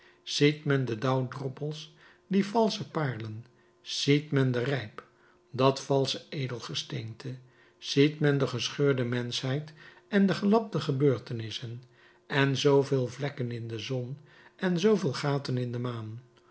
ziet men de dauwdroppels die valsche paarlen ziet men den rijp dat valsche edelgesteente ziet men de gescheurde menschheid en de gelapte gebeurtenissen en zooveel vlekken in de zon en zooveel gaten in de maan